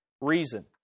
reason